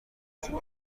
داشتیم